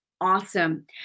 awesome